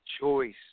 Choice